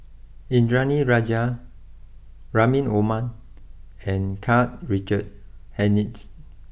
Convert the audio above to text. Indranee Rajah Rahim Omar and Karl Richard Hanitsch